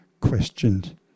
questioned